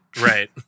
Right